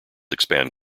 expand